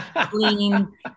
clean